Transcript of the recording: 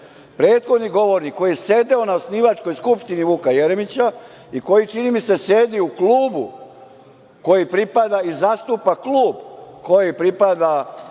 podatak. Prethodni govornik koji je sedeo na osnivačkoj Skupštini Vuka Jeremića i koji čini mi se sedi u klubu koji pripada i zastupa klub koji pripada,